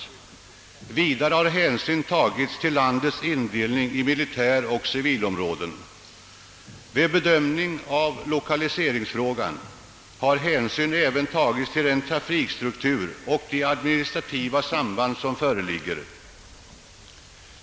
Vidare har hänsyn tagits till landets indelning i militäroch civilområden. Vid bedömningen av lokaliseringsfrågan har hänsyn även tagits till den trafikstruktur och de administrativa sarnband som föreligger.